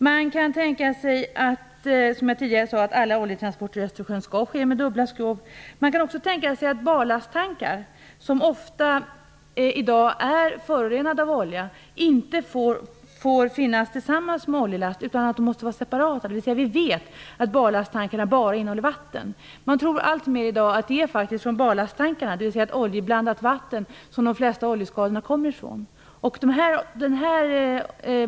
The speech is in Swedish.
Man tänka sig, som jag tidigare sade, att alla oljetransporter i Östersjön skall ske med dubbla skrov. Man kan också tänka sig att barlasttankar som i dag ofta är förorenade av olja inte får finnas tillsammans med oljelast utan måste vara separata, så att vi vet att barlasttankarna bara innehåller vatten. Man tror alltmer i dag att det faktiskt är från barlasttankarna, dvs. oljeblandat vatten, som de flesta oljeskadorna kommer ifrån.